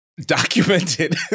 documented